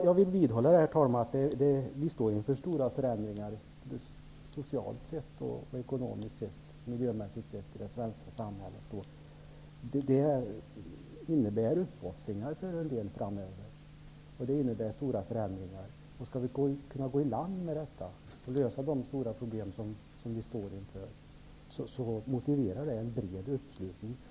Jag vill vidhålla, herr talman, att vi står inför stora förändringar, socialt, ekonomiskt och miljömässigt i det svenska samhället. Det innebär uppoffringar för en del framöver. Skall vi kunna gå i land med detta och lösa de stora problem som vi står inför, behövs en bred uppslutning.